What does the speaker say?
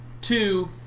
Two